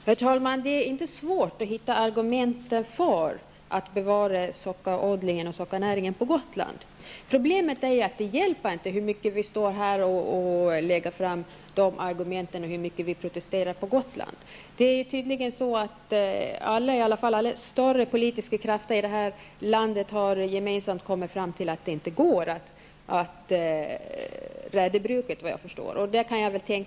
Herr talman! Det är inte svårt att hitta argument för att bevara sockerbetsodlingen och sockernäringen på Gotland. Problemet är att det inte hjälper hur mycket vi här för fram de argumenten eller hur mycket vi protesterar på Gotland. Det är tydligen så att i varje fall alla större politiska krafter här i landet gemensamt har kommit fram till att det inte går att rädda bruket.